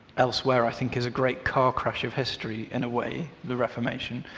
elsewhere, i think is a great car crash of history in a way the reformation